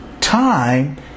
time